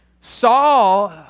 Saul